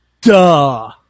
duh